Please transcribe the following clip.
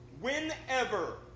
Whenever